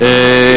מה אתה מציע?